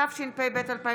התשפ"ב 2021,